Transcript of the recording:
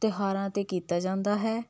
ਤਿਉਹਾਰਾਂ 'ਤੇ ਕੀਤਾ ਜਾਂਦਾ ਹੈ